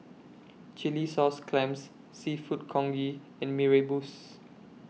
Chilli Sauce Clams Seafood Congee and Mee Rebus